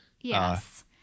Yes